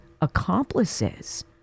accomplices